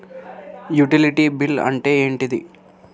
Utility bill అంటే ఏంటిది?